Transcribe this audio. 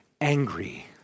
angry